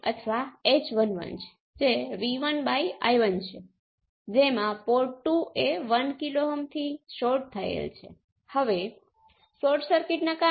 આ ખૂબ જ ઉપયોગી સંબંધો પણ સાબિત થાય છે કારણ કે ઘણી વખત તેઓ ચોક્કસ પ્રકારના સર્કિટના અમુક પ્રકારના પ્રશ્નોના ઉકેલ માટે તમને જબરદસ્ત શોર્ટ કટ આપે છે